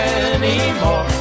anymore